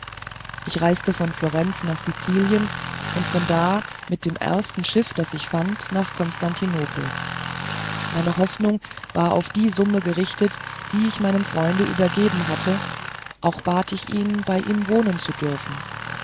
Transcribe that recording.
ich reiste von florenz nach sizilien und von da mit dem ersten schiff das ich fand nach konstantinopel meine hoffnung war auf die summe gerichtet die ich meinem freund übergeben hatte auch bat ich ihn bei ihm wohnen zu dürfen